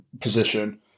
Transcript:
position